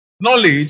Knowledge